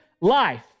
life